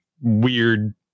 weird